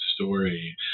story